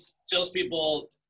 salespeople